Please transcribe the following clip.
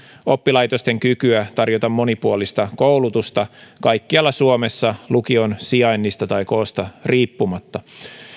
oppilaitosten kykyä tarjota monipuolista koulutusta kaikkialla suomessa lukion sijainnista tai koosta riippumatta